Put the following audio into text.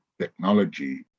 technology